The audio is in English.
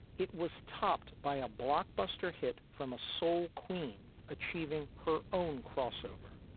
it was topped by a blockbuster hit from a soul queen achieving her own crossover.